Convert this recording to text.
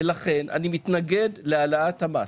ולכן, אני מתנגד להעלאת המס.